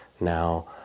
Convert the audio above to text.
now